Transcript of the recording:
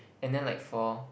and then like for